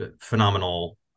phenomenal